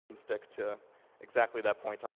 stick to exactly that point on